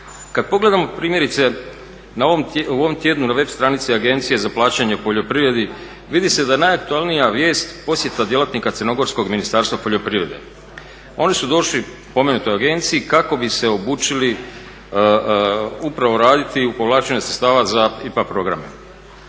Kad pogledamo primjerice u ovom tjednu na web stranici Agencije za plaćanje u poljoprivredi vidi se da je najaktualnija vijest posjeta djelatnika crnogorskog Ministarstva poljoprivrede. Oni su došli spomenutoj agenciji kako bi se obučili upravo raditi u povlačenju sredstava za IPA programe.